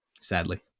Sadly